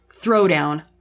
throwdown